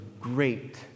great